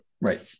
Right